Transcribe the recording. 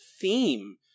theme